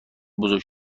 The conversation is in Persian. بزرگ